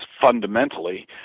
fundamentally